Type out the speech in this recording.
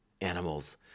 animals